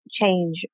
change